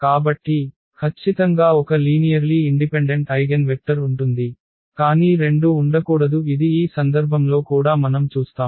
కాబట్టి ఖచ్చితంగా ఒక లీనియర్లీ ఇండిపెండెంట్ ఐగెన్ వెక్టర్ ఉంటుంది కానీ రెండు ఉండకూడదు ఇది ఈ సందర్భంలో కూడా మనం చూస్తాము